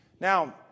Now